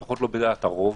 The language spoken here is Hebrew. לפחות לא בדעת הרוב.